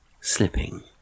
slipping